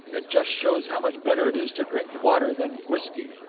it just shows how much better it is to drink water than whisky.